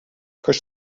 کاش